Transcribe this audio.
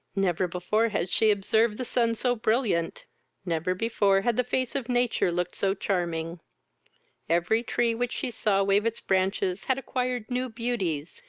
never before had she observed the sun so brilliant never before had the face of nature looked so charming every tree which she saw wave its branches had acquired new beauties,